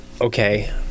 Okay